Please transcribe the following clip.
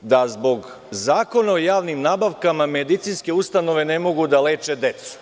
da zbog Zakona o javnim nabavkama, medicinske ustanove ne mogu da leće decu.